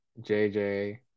JJ